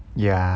ya